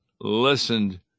listened